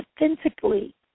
authentically